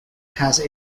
has